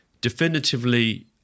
definitively